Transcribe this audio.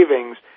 savings